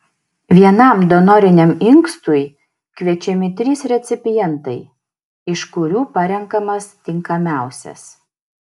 vienam donoriniam inkstui kviečiami trys recipientai iš kurių parenkamas tinkamiausias